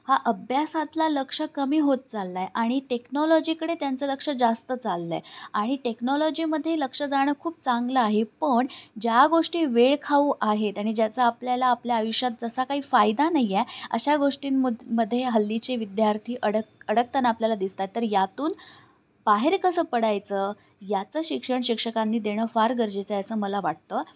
हा अभ्यासातला लक्ष कमी होत चालला आहे आणि टेक्नॉलॉजीकडे त्यांचं लक्ष जास्त चाललं आहे आणि टेक्नॉलॉजीमध्ये लक्ष जाणं खूप चांगलं आहे पण ज्या गोष्टी वेळखाऊ आहेत आणि ज्याचा आपल्याला आपल्या आयुष्यात तसा काही फायदा नाही आहे अशा गोष्टींमध्ये हल्लीचे विद्यार्थी अडक अडकताना आपल्याला दिसतात तर यातून बाहेर कसं पडायचं याचं शिक्षण शिक्षकांनी देणं फार गरजेचं आहे असं मला वाटतं